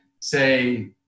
Say